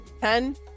Ten